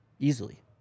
Easily